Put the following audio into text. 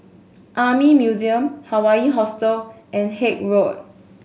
Army Museum Hawaii Hostel and Haig Road